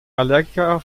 allergiker